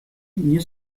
nie